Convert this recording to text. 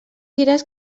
diràs